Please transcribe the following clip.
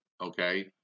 Okay